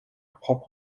propre